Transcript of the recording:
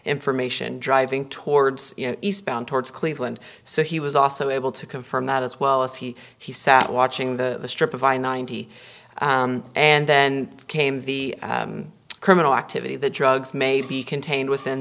information driving towards eastbound towards cleveland so he was also able to confirm that as well as he he sat watching the strip of i ninety and then came the criminal activity the drugs may be contained within